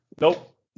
Nope